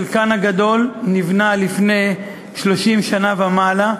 חלקן הגדול נבנו לפני 30 שנה ומעלה,